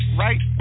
right